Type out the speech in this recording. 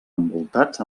envoltats